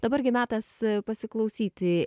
dabar gi metas pasiklausyti